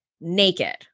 naked